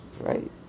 right